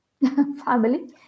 family